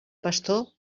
pastor